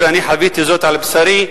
ואני חוויתי זאת על בשרי,